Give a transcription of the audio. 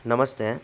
ನಮಸ್ತೆ